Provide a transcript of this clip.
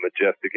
majestic